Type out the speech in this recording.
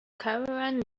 caravan